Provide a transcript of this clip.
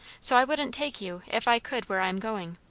so i wouldn't take you if i could where i am going.